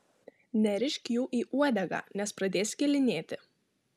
nerišk jų į uodegą nes pradės skilinėti